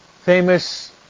famous